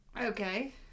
Okay